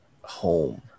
home